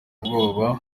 ubwoba